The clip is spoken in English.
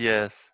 Yes